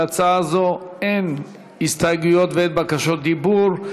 להצעה זו אין הסתייגויות ואין בקשות דיבור.